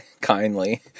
Kindly